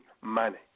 money